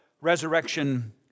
resurrection